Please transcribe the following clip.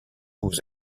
aux